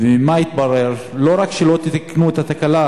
לא תיקנו את התקלה.